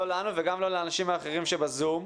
לא לנו וגם לא לאנשים האחרים שב-זום,